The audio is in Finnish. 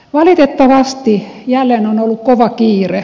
valitettavasti jälleen on ollut kova kiire